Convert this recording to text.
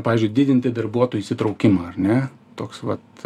pavyzdžiui didinti darbuotojų įsitraukimą ar ne toks vat